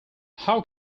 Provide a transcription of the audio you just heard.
how